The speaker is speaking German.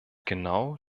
genau